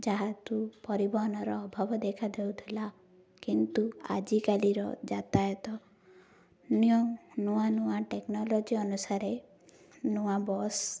ଯାହା ପରିବହନର ଅଭାବ ଦେଖା ଦେଉଥିଲା କିନ୍ତୁ ଆଜିକାଲିର ଯାତାୟତ ନ୍ୟୁ ନୂଆ ନୂଆ ଟେକ୍ନୋଲୋଜି ଅନୁସାରେ ନୂଆ ବସ୍